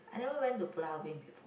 I never went to Pulau-Ubin before